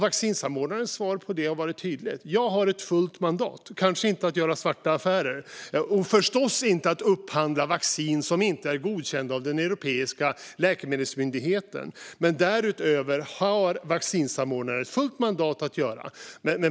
Vaccinsamordnarens svar på det var tydligt: Jag har ett fullt mandat, kanske inte att göra svarta affärer och förstås inte att upphandla vacciner som inte är godkända av Europeiska läkemedelsmyndigheten. Men därutöver har vaccinsamordnaren fullt mandat.